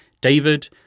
David